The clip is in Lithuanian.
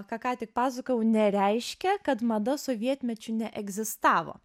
ką ką tik pasakojau nereiškia kad mada sovietmečiu neegzistavo